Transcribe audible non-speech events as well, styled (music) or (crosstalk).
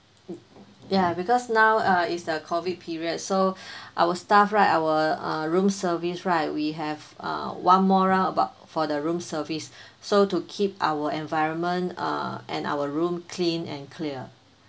ya because now uh is the COVID period so (breath) our staff right our uh room service right we have uh one more round about for the room service (breath) so to keep our environment uh and our room clean and clear